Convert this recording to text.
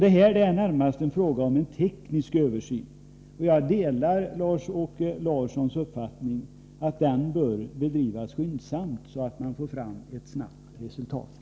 Det är närmast fråga om en teknisk översyn. Jag delar Lars-Åke Larssons uppfattning att den bör bedrivas skyndsamt så att man får fram ett snabbt resultat.